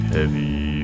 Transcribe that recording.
Heavy